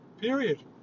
period